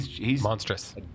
monstrous